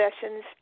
sessions